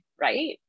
Right